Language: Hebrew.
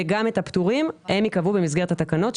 וגם הפטורים הם ייקבעו במסגרת התקנות,